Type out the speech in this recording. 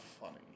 funny